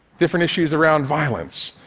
different issues around violence,